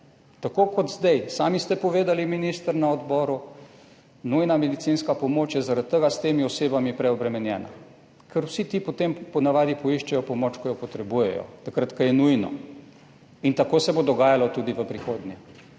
Tako kot zdaj, sami ste povedali, minister, na odboru, nujna medicinska pomoč je zaradi tega s temi osebami preobremenjena, ker vsi ti potem po navadi poiščejo pomoč, ko jo potrebujejo, takrat, ko je nujno in tako se bo dogajalo tudi v prihodnje.